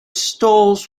stalls